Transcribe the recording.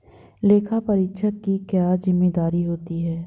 लेखापरीक्षक की क्या जिम्मेदारी होती है?